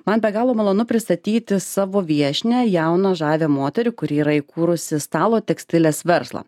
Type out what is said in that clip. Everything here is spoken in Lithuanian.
man be galo malonu pristatyti savo viešnią jauną žavią moterį kuri yra įkūrusi stalo tekstilės verslą